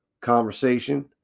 conversation